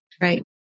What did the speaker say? Right